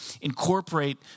incorporate